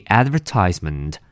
advertisement